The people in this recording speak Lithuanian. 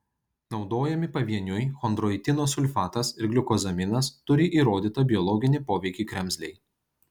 naudojami pavieniui chondroitino sulfatas ir gliukozaminas turi įrodytą biologinį poveikį kremzlei